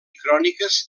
cròniques